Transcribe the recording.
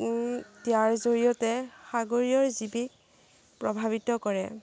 ইয়াৰ জৰিয়তে সাগৰীয়ৰ জীৱি প্ৰভাৱিত কৰে